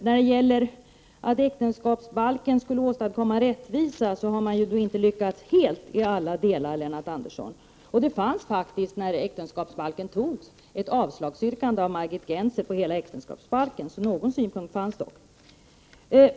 När det gäller att äktenskapsbalken skulle åstadkomma rättvisa har man inte lyckats helt i alla delar, Lennart Andersson. Det fanns faktiskt när äktenskapsbalken togs ett yrkande om avslag på hela lagförslaget av Margit Gennser, så någon synpunkt förelåg dock.